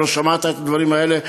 אולי לא שמעת את הדברים האלה.